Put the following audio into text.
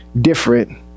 different